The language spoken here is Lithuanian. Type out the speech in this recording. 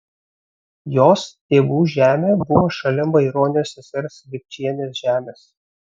jos tėvų žemė buvo šalia maironio sesers lipčienės žemės